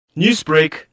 Newsbreak